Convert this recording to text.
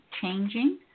changing